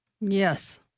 Yes